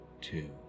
two